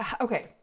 okay